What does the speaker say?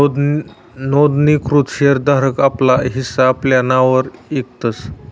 नोंदणीकृत शेर धारक आपला हिस्सा आपला नाववर इकतस